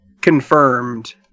confirmed